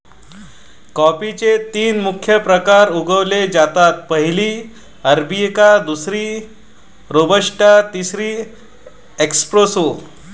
कॉफीचे तीन मुख्य प्रकार उगवले जातात, पहिली अरेबिका, दुसरी रोबस्टा, तिसरी एस्प्रेसो